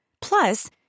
Plus